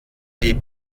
die